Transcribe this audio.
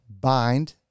bind